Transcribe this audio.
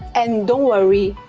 and don't worry,